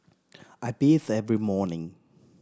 I bathe every morning